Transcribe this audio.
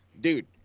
dude